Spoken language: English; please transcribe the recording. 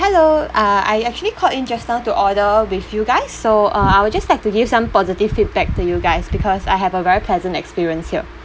hello uh I actually called in just now to order with you guys so uh I will just like to give some positive feedback to you guys because I have a very pleasant experience here